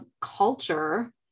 culture